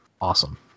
Awesome